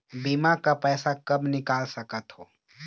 बीमा का पैसा कब निकाल सकत हो?